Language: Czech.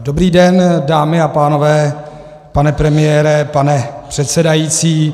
Dobrý den, dámy a pánové, pane premiére, pane předsedající.